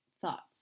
thoughts